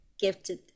gifted